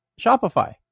Shopify